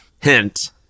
Hint